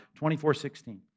24-16